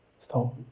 stop